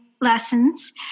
lessons